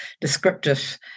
descriptive